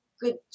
good